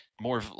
more